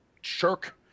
shirk